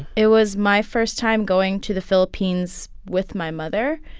it was my first time going to the philippines with my mother.